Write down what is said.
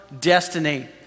destiny